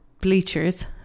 bleachers